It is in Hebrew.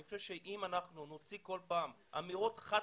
אני חושב שאם אנחנו נוציא כל פעם אמירות חד